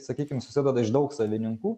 sakykim susideda iš daug savininkų